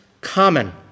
common